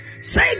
say